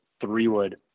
three-wood